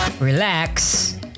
Relax